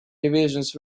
divisions